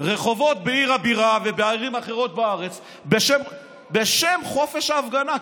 רחובות בעיר הבירה ובערים אחרות בארץ בשם חופש ההפגנה,